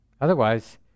Otherwise